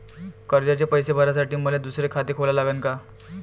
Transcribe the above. कर्जाचे पैसे भरासाठी मले दुसरे खाते खोला लागन का?